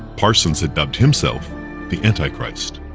parson had dubbed himself the antichrist.